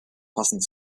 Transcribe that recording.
passend